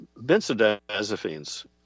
benzodiazepines